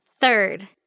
Third